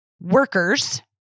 workers